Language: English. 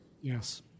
Yes